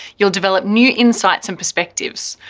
you'll develop new insights and perspectives.